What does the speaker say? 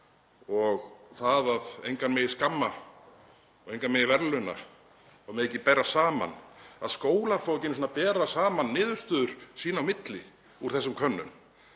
og að engan megi skamma og engan megi verðlauna og megi ekki bera saman. Skólar fá ekki einu sinni að bera saman niðurstöður sín á milli úr þessari könnun.